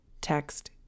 text